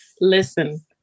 listen